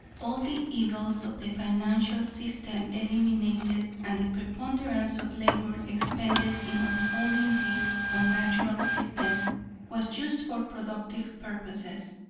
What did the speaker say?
all the evils of the financial system eliminated, and the preponderance of labor expended in upholding this unnatural system was used for productive purposes,